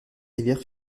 rivière